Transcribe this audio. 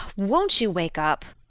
won't you wake up?